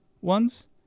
ones